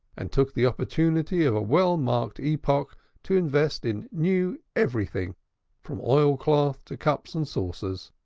and took the opportunity of a well-marked epoch to invest in new everythings from oil-cloth to cups and saucers.